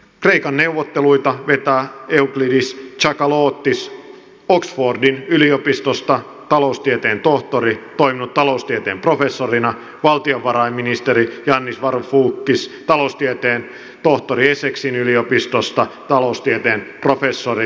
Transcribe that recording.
kreikan neuvotteluita vetävät eucleides tsakalotos taloustieteen tohtori oxfordin yliopistosta toiminut taloustieteen professorina ja valtiovarainministeri gianis varoufakis taloustieteen tohtori essexin yliopistosta taloustieteen professori